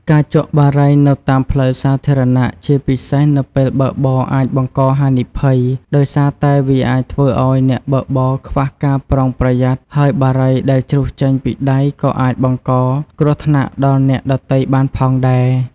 ការជក់បារីនៅតាមផ្លូវសាធារណៈជាពិសេសនៅពេលបើកបរអាចបង្កហានិភ័យដោយសារតែវាអាចធ្វើឱ្យអ្នកបើកបរខ្វះការប្រុងប្រយ័ត្នហើយបារីដែលជ្រុះចេញពីដៃក៏អាចបង្កគ្រោះថ្នាក់ដល់អ្នកដ៏ទៃបានផងដែរ។